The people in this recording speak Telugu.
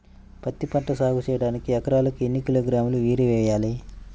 పత్తిపంట సాగు చేయడానికి ఎకరాలకు ఎన్ని కిలోగ్రాముల యూరియా వేయాలి?